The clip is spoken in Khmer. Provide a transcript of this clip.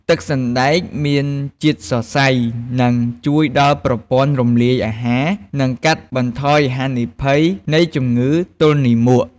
ទឹកសណ្តែកមានជាតិសរសៃ ដែលជួយដល់ប្រព័ន្ធរំលាយអាហារ និងកាត់បន្ថយហានិភ័យនៃជំងឺទល់លាមក។